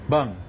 Bang